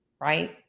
Right